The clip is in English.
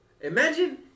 Imagine